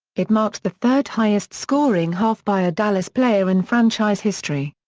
it marked the third-highest scoring half by a dallas player in franchise history.